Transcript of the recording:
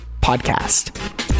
podcast